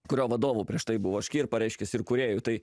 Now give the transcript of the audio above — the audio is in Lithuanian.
kurio vadovu prieš tai buvo škirpa reiškias ir kūrėju tai